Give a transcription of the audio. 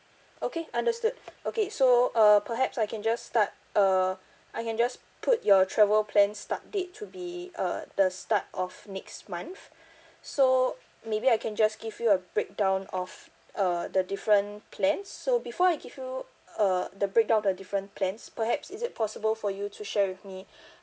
okay understood okay so uh perhaps I can just start uh I can just put your travel plan start date to be uh the start of next month so maybe I can just give you a breakdown of uh the different plans so before I give you uh the breakdown of the different plans perhaps is it possible for you to share with me